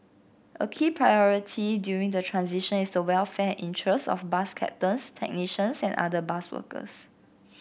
a key priority during the transition is the welfare and interests of bus captains technicians and other bus workers